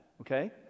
okay